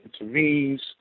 intervenes